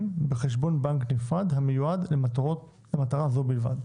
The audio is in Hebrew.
בחשבון בנק נפרד המיועד למטרה זו בלבד.